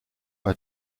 bei